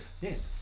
yes